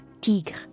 Tigre